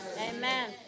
Amen